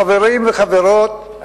חברים וחברות,